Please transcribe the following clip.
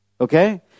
Okay